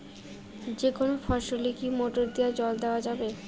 যেকোনো ফসলে কি মোটর দিয়া জল দেওয়া যাবে?